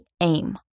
aim